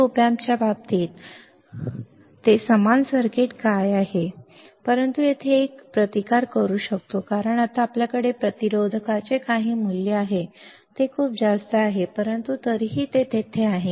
परंतु वास्तविक op amp च्या बाबतीत वास्तविक op amp च्या बाबतीत ते समान सर्किट काय असेल परंतु येथे आपण एक प्रतिकार करू शकतो कारण आता आपल्याकडे प्रतिरोधकाचे काही मूल्य आहे ते खूप जास्त आहे परंतु तरीही ते तेथे आहे